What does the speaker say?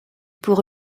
pour